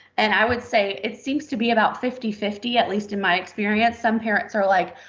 and i would say it seems to be about fifty fifty, at least in my experience. some parents are like,